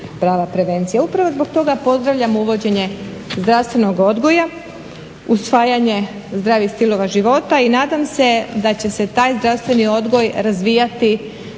prava prevencija. Upravo zbog toga pozdravljam uvođenje zdravstvenog odgoja, usvajanje zdravih stilova života i nadam se da će se taj zdravstveni odgoj razvijati,